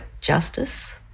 justice